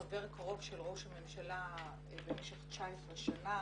חבר קרוב של ראש הממשלה במשך 19 שנה,